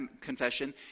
confession